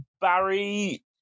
Barry